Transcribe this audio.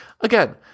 again